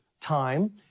time